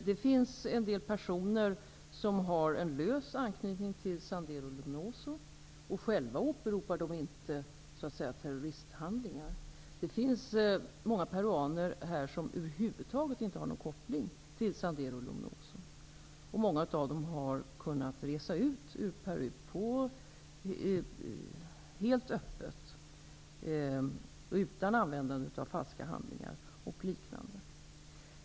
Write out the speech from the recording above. Det finns en del personer som har en lös anknytning till Sendero Luminoso, och själva åberopar de inte terroristhandlingar. Det finns många peruaner som över huvud taget inte har någon koppling till Sendero Luminoso, och många av dem har helt öppet kunnat resa ut ur Peru utan användande av falska handlingar och liknande.